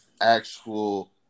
actual